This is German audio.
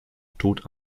tot